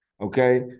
okay